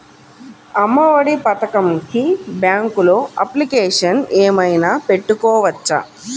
అమ్మ ఒడి పథకంకి బ్యాంకులో అప్లికేషన్ ఏమైనా పెట్టుకోవచ్చా?